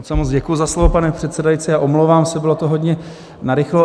Moc a moc děkuji za slovo, pane předsedající, a omlouvám se, bylo to hodně narychlo.